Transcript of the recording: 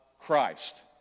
Christ